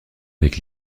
avec